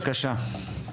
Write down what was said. בבקשה.